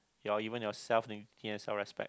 your even your self self respect